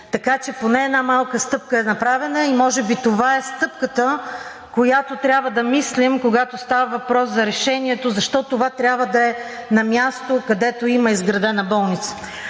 Така че поне една малка стъпка е направена и може би това е стъпката, за която трябва да мислим, когато става въпрос за решението защо това трябва да е на мястото, където има изградена болница?